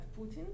Putin